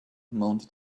mounted